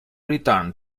return